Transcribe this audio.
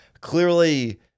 clearly